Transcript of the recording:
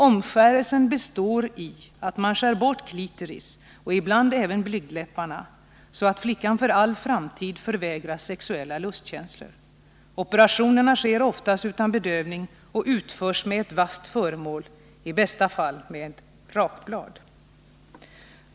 Omskärelsen består i att man skär bort klitoris och ibland även blygdläpparna, så att flickan för all framtid förvägras sexuella lustkänslor. Operationerna sker oftast utan bedövning och utförs med ett vasst föremål, i bästa fall med ett rakblad.